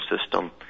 system